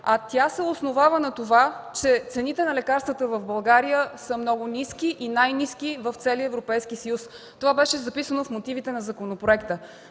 а тя се основава на това, че цените на лекарствата в България са много ниски и най-ниски в целия Европейски съюз. Това беше записано в мотивите на законопроекта,